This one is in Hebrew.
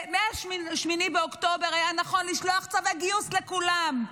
ומ-8 באוקטובר היה נכון לשלוח צווי גיוס לכולם,